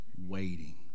waiting